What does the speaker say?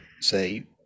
say